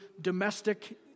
domestic